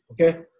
okay